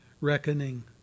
reckoning